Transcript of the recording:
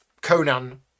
Conan